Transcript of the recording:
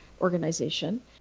organization